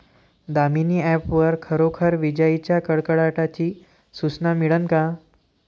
Damini app वर खरोखर विजाइच्या कडकडाटाची सूचना मिळन का?